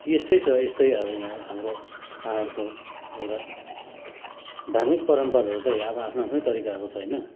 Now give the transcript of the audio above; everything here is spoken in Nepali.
यस्तै छ यस्तै अब या हाम्रो पाहाडको एउटा धार्मिक परम्पराहरू त आफ्नो आफ्नै तरिकाको छ होइन